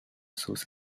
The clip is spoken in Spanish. sus